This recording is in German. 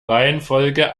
reihenfolge